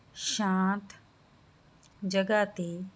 ਸ਼ਾਂਤ ਜਗਾ ਤੇ